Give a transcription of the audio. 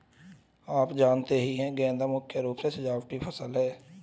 आप जानते ही है गेंदा मुख्य रूप से सजावटी फसल है